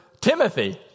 Timothy